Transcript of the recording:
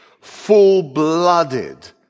full-blooded